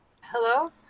Hello